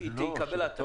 היא תקבל התראה --- לא.